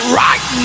right